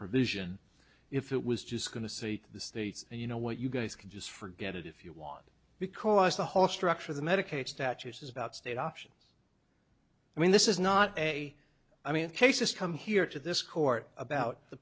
provision if it was just going to say to the states you know what you guys can just forget it if you want because the whole structure the medicaid statutes is about state options i mean this is not a i mean cases come here to this court about the